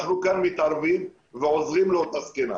אנחנו מתערבים ועוזרים לאותה זקנה.